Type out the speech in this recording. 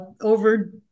over